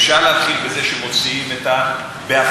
אפשר להתחיל בזה שמוציאים בהחלטה,